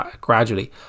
gradually